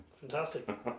Fantastic